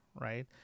Right